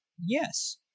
Yes